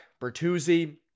Bertuzzi